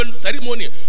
ceremony